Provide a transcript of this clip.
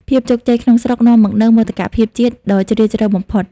ភាពជោគជ័យក្នុងស្រុក នាំមកនូវ "មោទកភាពជាតិ" ដ៏ជ្រាលជ្រៅបំផុត។